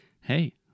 hey